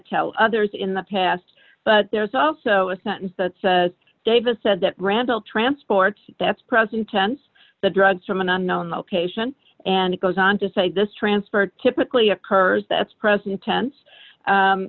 tell others in the past but there's also a sentence that says davis said that randall transports that's present tense the drugs from an unknown location and it goes on to say this transfer typically occurs that's present tense